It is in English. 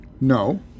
No